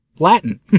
Latin